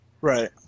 Right